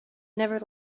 never